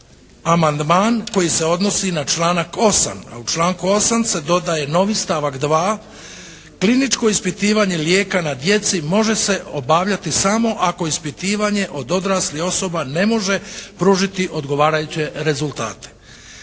amandman koji se odnosi na članak 8. a u članku 8. se dodaje novi stavak 2. kliničko ispitivanje lijeka na djeci može se obavljati samo ako ispitivanje od odraslih osoba ne može pružiti odgovarajuće rezultate.